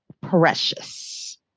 precious